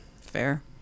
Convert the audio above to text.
fair